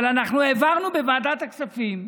אבל אנחנו העברנו בוועדת הכספים,